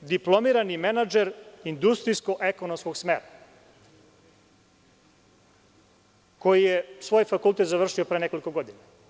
diplomirani menadžer industrijsko-ekonomskog smera, koji je svoj fakultet završio pre nekoliko godina.